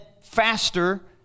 faster